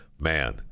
man